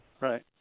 Right